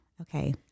Okay